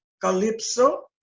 calypso